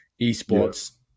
esports